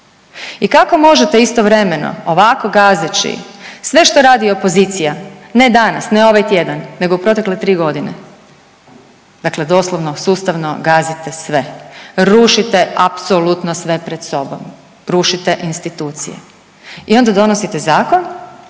I kako možete istovremeno ovako gazeći sve što radi opozicija, ne danas, ne ovaj tjedan nego u protekle 3 godine, dakle doslovno sustavno gazite sve, rušite apsolutno sve pred sobom, rušite institucije i onda donosite zakon